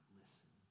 listen